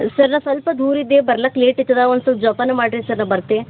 sir ನಾ ಸ್ವಲ್ಪ ದೂರ ಇದ್ದೆ ಬರ್ಲಕ್ಕ ಲೇಟ್ ಇತ್ತದ ಒಂದು ಸ್ವಲ್ಪ ಜೋಪಾನ ಮಾಡಿರಿ ಸರ್ ನಾ ಬರ್ತೆ